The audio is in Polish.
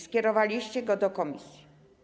Skierowaliście go do komisji.